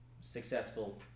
successful